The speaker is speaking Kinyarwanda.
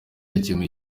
yakemuye